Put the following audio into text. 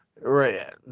Right